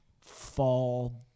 fall